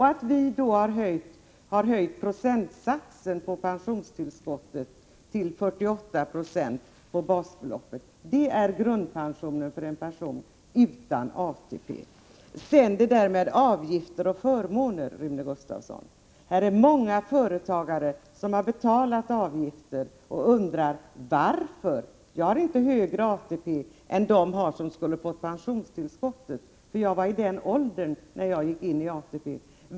för ensamstående och att vi har höjt procentsatsen på pensionstillskottet till 48 90 av basbeloppet. Det är grundpensionen för en person utan ATP. Rune Gustavsson talar om avgifter och förmåner. Många företagare som har betalat avgifter frågar: Varför? Jag har inte högre ATP än de som skulle ha fått pensionstillskott, och det berodde på den ålder jag var i när jag gick ini ATP-systemet.